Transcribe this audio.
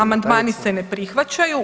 Amandmani se ne prihvaćaju.